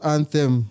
Anthem